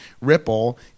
Ripple